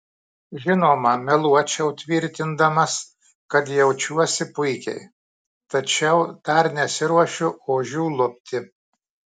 žinoma meluočiau tvirtindamas kad jaučiuosi puikiai tačiau dar nesiruošiu ožių lupti